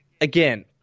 again